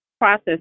process